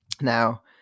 Now